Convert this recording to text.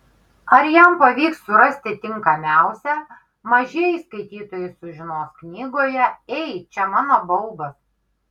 ar jam pavyks surasti tinkamiausią mažieji skaitytojai sužinos knygoje ei čia mano baubas